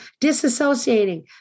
disassociating